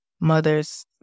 mothers